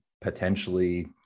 potentially